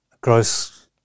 gross